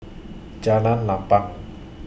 Jalan Lapang